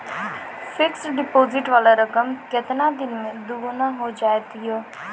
Fixed deposit वाला रकम केतना दिन मे दुगूना हो जाएत यो?